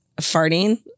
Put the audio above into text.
farting